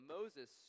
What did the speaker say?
Moses